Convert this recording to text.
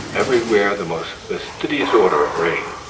everywhere the most fastidious order reigned.